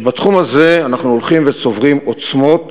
שבתחום הזה אנחנו הולכים וצוברים עוצמות